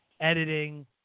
editing